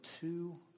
two